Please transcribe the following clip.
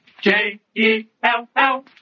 J-E-L-L